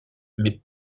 mais